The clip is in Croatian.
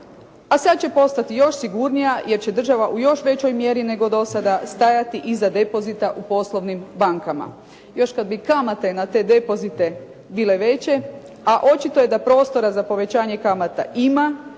A sad će postati još sigurnija jer će država u još većoj mjeri nego do sada stajati iza depozita u poslovnim bankama. Još kad bi kamate na te depozite bile veće, a očito je da prostora za povećanje kamata ima